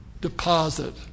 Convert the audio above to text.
deposit